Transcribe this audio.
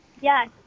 Yes